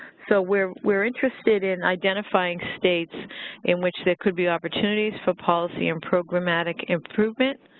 so we're we're interested in identifying states in which there could be opportunities for policy and programmatic improvement,